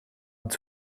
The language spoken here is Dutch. het